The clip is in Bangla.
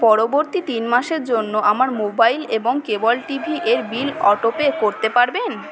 পরবর্তী তিন মাসের জন্য আমার মোবাইল এবং কেবল টি ভির বিল অটোপে করতে পারবেন